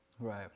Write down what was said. Right